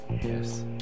Yes